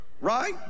Right